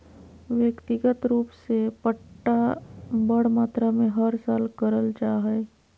व्यक्तिगत रूप से पट्टा बड़ मात्रा मे हर साल करल जा हय